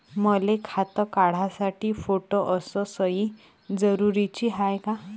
मले खातं काढासाठी फोटो अस सयी जरुरीची हाय का?